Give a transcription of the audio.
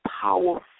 powerful